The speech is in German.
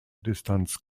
distanz